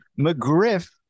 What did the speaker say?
McGriff